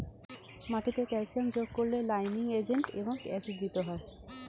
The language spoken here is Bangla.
মাটিতে ক্যালসিয়াম যোগ করলে লাইমিং এজেন্ট এবং অ্যাসিড দিতে হয়